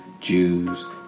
Jews